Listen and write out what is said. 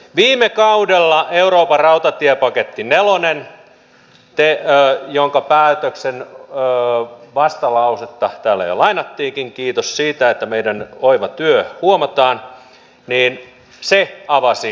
viime kaudella euroopan rautatiepaketti nelonen jonka päätöksen vastalausetta täällä jo lainattiinkin kiitos siitä että meidän oiva työmme huomataan avasi rautatieliikenteen kilpailulle